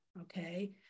okay